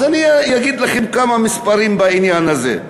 אז אני אגיד לכם כמה מספרים בעניין הזה.